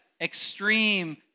extreme